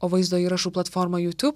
o vaizdo įrašų platforma youtube